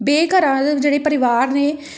ਬੇਘਰ ਜਿਹੜੇ ਪਰਿਵਾਰ ਨੇ